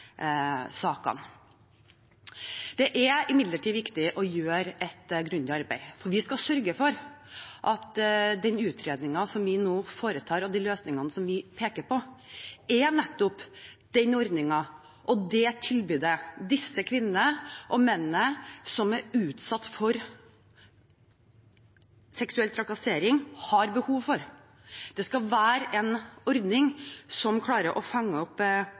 er imidlertid viktig å gjøre et grundig arbeid, for vi skal sørge for at den utredningen som vi nå foretar, og de løsningene som vi peker på, nettopp gir den ordningen og det tilbudet disse kvinnene og mennene som er utsatt for seksuell trakassering, har behov for. Det skal være en ordning som klarer å fange opp